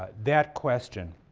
but that question